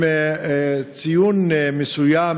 ציון מסוים,